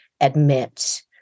admit